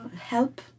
help